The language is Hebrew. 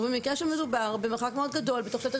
ובמקרה שמדובר במרחק מאוד גדול בתוך שטח